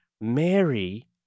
Mary